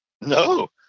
No